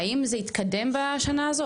והאם זה התקדם בשנה הזו?